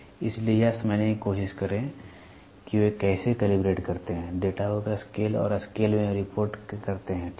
इसलिए यह समझने की कोशिश करें कि वे कैसे कैलिब्रेट करते हैं डेटा को स्केल और स्केल में रिपोर्ट करते हैं ठीक है